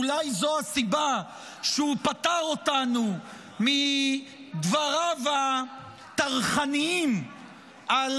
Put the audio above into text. אולי זו הסיבה שהוא פטר אותנו מדבריו הטרחניים על